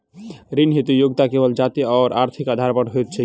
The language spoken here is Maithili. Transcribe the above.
ऋण हेतु योग्यता केवल जाति आओर आर्थिक आधार पर होइत छैक की?